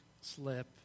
slip